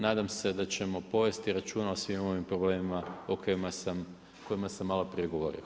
Nadam se da ćemo povesti računa o svim ovim problemima o kojima sam malo prije govorio.